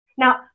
Now